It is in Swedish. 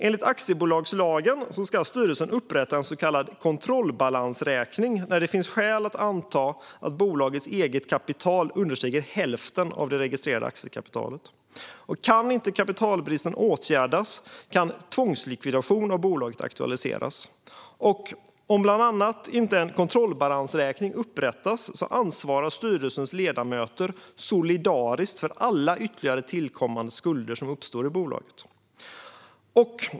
Enligt aktiebolagslagen ska styrelsen upprätta en så kallad kontrollbalansräkning när det finns skäl att anta att bolagets eget kapital understiger hälften av det registrerade aktiekapitalet. Om kapitalbristen inte kan åtgärdas kan tvångslikvidation av bolaget aktualiseras. Och om inte bland annat en kontrollbalansräkning upprättas ansvarar styrelsens ledamöter solidariskt för alla ytterligare tillkommande skulder som uppstår i bolaget.